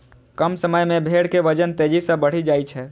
कम समय मे भेड़ के वजन तेजी सं बढ़ि जाइ छै